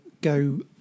go